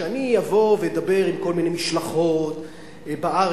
שאני אבוא ואדבר עם כל מיני משלחות בארץ,